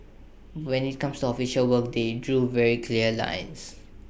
when IT comes official work they drew very clear lines